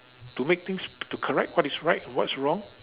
to make things to correct what is right and what's wrong